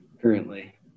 currently